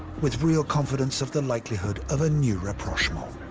with real confidence of the likelihood of a new rapprochement.